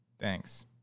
Thanks